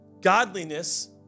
Godliness